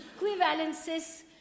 equivalences